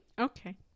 okay